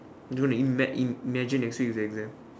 do you wanna ima~ imagine and see if they do well